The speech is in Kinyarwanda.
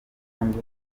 kundi